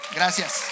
gracias